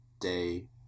day